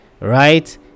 right